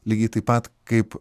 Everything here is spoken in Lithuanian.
lygiai taip pat kaip